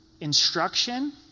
instruction